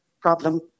problem